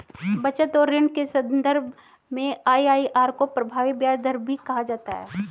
बचत और ऋण के सन्दर्भ में आई.आई.आर को प्रभावी ब्याज दर भी कहा जाता है